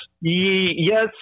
yes